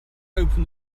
open